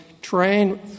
train —